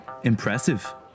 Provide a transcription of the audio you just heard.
Impressive